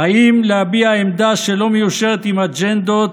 האם להביע עמדה שלא מיושרת עם אג'נדות